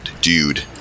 dude